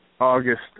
August